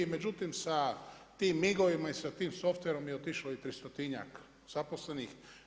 Međutim, sa tim MIG-ovima i sa tim sftverom je otišlo i 300-tinjak zaposlenih.